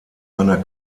einer